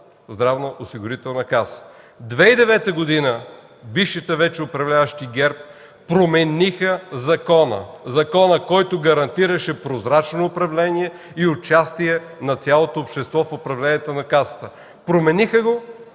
здравноосигурителна каса. През 2009 г. бившите вече управляващи ГЕРБ промениха закона, който гарантираше прозрачно управление и участие на цялото общество в управлението на Касата. Промениха го,